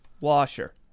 washer